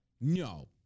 no